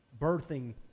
birthing